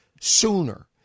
sooner